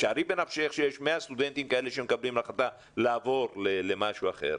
שערי בנפשך שיש 100 סטודנטים שמקבלים החלטה לעבור למשהו אחר.